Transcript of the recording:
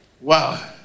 Wow